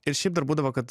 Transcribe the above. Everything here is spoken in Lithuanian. ir šiaip dar būdavo kad